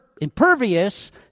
impervious